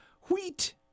Wheat